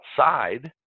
outside